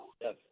Yes